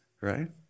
Right